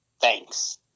thanks